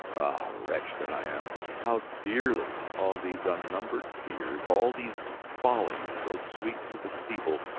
wretch that i am! how dearly all these unnumbered tears, all these follies so sweet to the feeble,